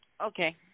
Okay